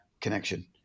connection